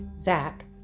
Zach